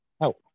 help